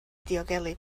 diogelu